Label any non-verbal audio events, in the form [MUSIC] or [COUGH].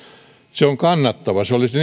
se on kannattava se olisi [UNINTELLIGIBLE]